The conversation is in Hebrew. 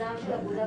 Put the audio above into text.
מיזם של אגודת